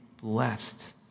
blessed